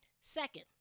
Second